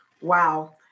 Wow